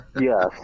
Yes